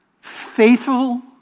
Faithful